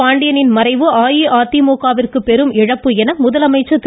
பாண்டியனின் மறைவு அஇஅதிமுகவிற்கு பெரும் இழப்பு என முதலமைச்சர் திரு